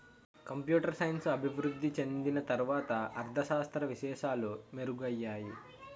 computer science అభివృద్ధి చెందిన తర్వాత అర్ధ శాస్త్ర విశేషాలు మెరుగయ్యాయి